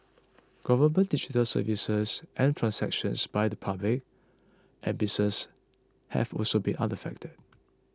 government digital services and transactions by the public and businesses have also been unaffected